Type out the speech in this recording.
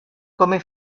come